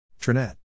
Trinette